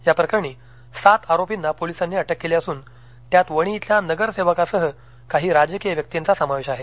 या प्रकरणी सात आरोपीना पोलिसांनी अटक केली असून त्यात वणी इथल्या नगरसेवकासह काही राजकीय व्यक्तींचा समावेश आहे